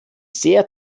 sehr